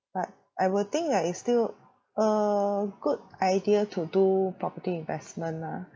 but I will think like it's still a good idea to do property investment lah